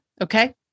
Okay